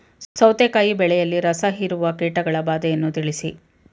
ಸೌತೆಕಾಯಿ ಬೆಳೆಯಲ್ಲಿ ರಸಹೀರುವ ಕೀಟಗಳ ಬಾಧೆಯನ್ನು ತಿಳಿಸಿ?